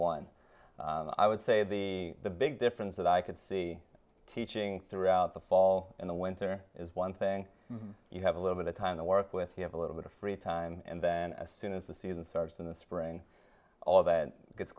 one i would say the the big difference that i could see teaching throughout the fall in the winter is one thing you have a little bit of time to work with you have a little bit of free time and then as soon as the season starts in the spring all of that gets